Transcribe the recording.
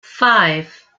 five